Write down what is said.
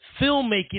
filmmaking